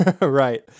Right